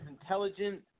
intelligent